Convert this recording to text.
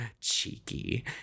Cheeky